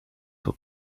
will